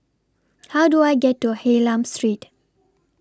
How Do I get to Hylam Street